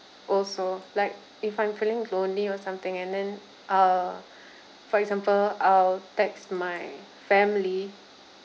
also like if I'm feeling lonely or something and then uh for example I'll text my family